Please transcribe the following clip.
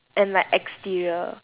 and like exterior